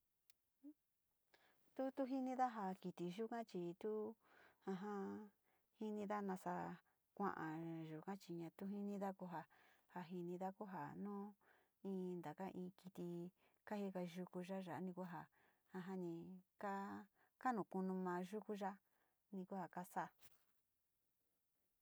Tu tu jinida, ja kiti yuga chii tuu jinida nasa kua´a yuga chi ña tu jinida ko ja, ja jinida kuja nu in taka in kiti kaa jika yuku yo ya´a ni ku ja jani kaa ka no kunu maa yuku ya ni kua ka sa´a.